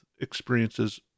experiences